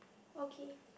okay